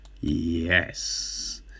Yes